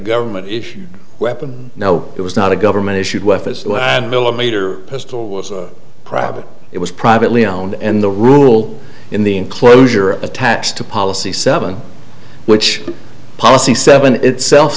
government weapon no it was not a government issued weapons the adult meter pistol was private it was privately owned and the rule in the enclosure attached to policy seven which policy seven itself